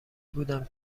بودم